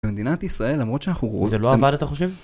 במדינת ישראל, למרות שאנחנו רואים... זה לא עבד אתה חושב?